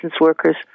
workers